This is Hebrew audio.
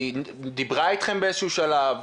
היא דיברה איתכם באיזה שהוא שלב?